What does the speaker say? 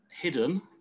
hidden